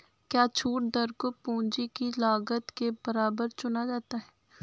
क्या छूट दर को पूंजी की लागत के बराबर चुना जाता है?